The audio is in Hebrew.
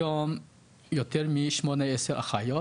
היום יותר מ-18 אחיות